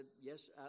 yes